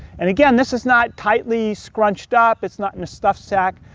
and again, this is not tightly scrunched up. it's not in a stuffed sack.